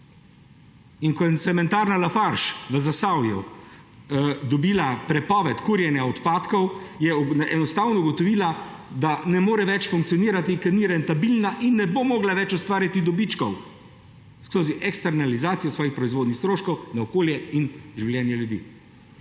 In ko je cementarna Lafarge v Zasavju dobila prepoved kurjenja odpadkov, je enostavno ugotovila, da ne more več funkcionirati, ker ni rentabilna in ne bo mogla več ustvarjati dobičkov skozi eksternalizacijo svojih proizvodnih stroškov na okolje in življenje ljudi.